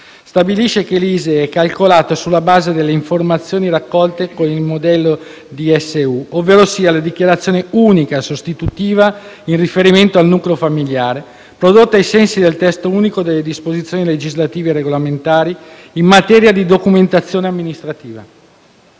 stabilisce che l'ISEE è calcolato sulla base delle informazioni raccolte con il modello DSU, ovverosia la dichiarazione unica sostitutiva in riferimento al nucleo familiare, prodotta ai sensi del testo unico delle disposizioni legislative e regolamentari in materia di documentazione amministrativa.